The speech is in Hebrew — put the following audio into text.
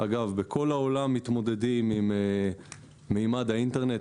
אגב בכל העולם מתמודדים עם ממד האינטרנט.